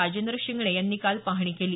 राजेंद्र शिंगणे यांनी काल पाहणी केली